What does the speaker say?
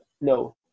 no